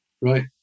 right